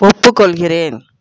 ஒப்புக்கொள்கிறேன்